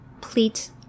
pleat